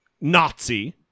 Nazi